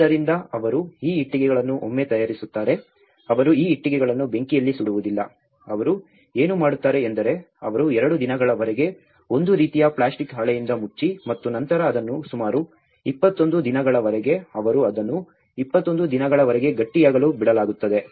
ಆದ್ದರಿಂದ ಅವರು ಈ ಇಟ್ಟಿಗೆಗಳನ್ನು ಒಮ್ಮೆ ತಯಾರಿಸುತ್ತಾರೆ ಅವರು ಈ ಇಟ್ಟಿಗೆಗಳನ್ನು ಬೆಂಕಿಯಲ್ಲಿ ಸುಡುವುದಿಲ್ಲ ಅವರು ಏನು ಮಾಡುತ್ತಾರೆ ಎಂದರೆ ಅವರು ಎರಡು ದಿನಗಳವರೆಗೆ ಒಂದು ರೀತಿಯ ಪ್ಲಾಸ್ಟಿಕ್ ಹಾಳೆಯಿಂದ ಮುಚ್ಚಿ ಮತ್ತು ನಂತರ ಅದನ್ನು ಸುಮಾರು 21 ದಿನಗಳವರೆಗೆ ಅವರು ಅದನ್ನು 21 ದಿನಗಳವರೆಗೆ ಗಟ್ಟಿಯಾಗಲು ಬಿಡಲಾಗುತ್ತದೆ